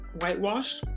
whitewashed